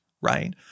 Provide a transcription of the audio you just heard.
right